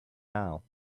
now